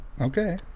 Okay